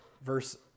verse